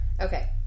okay